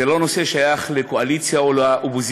זה לא נושא ששייך לקואליציה או לאופוזיציה.